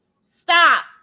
stop